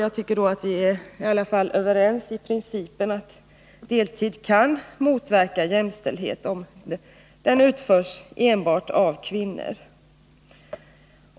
Jag tycker att vi är överens i princip om att deltid kan motverka 167 jämställdhet, om den utförs enbart av kvinnor.